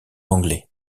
anglais